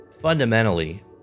fundamentally